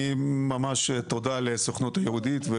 תודה לסוכנות היהודית.